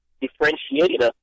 differentiated